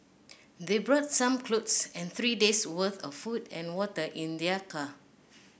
they brought some clothes and three days' worth of food and water in their car